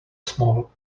small